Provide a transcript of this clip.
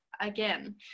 again